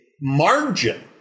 margin